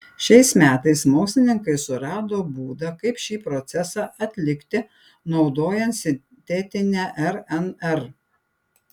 šiais metais mokslininkai surado būdą kaip šį procesą atlikti naudojant sintetinę rnr